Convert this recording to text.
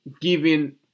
giving